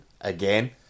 again